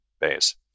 base